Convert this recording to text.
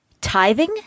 Tithing